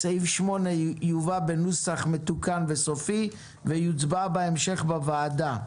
סעיף 8 יובא בנוסח מתוקן וסופי ויוצבע בוועדה בהמשך.